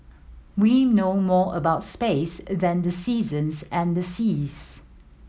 we know more about space than the seasons and the seas